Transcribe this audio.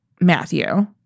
Matthew